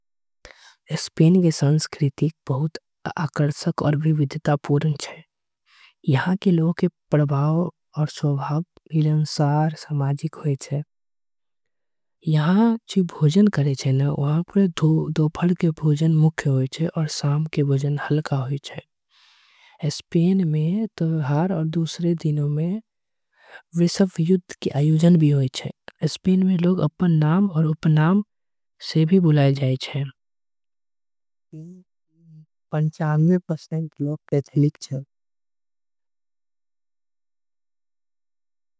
स्पेन के संस्कृति आकर्षक आऊ विविधता पूर्ण होय छे। यहां के लोग के प्रभावस्वभाव मिलन सार सामाजिक। होय छे यहां दोपहर के मुख्य भोजन होय छे आऊर। रात के भोजन हल्का होय छे दुसर दिन में विश्व। युद्व के आयोजन होय छे स्पेन में लोग अपन। नाम आऊ उपनाम से भी बुलाए जाए छे।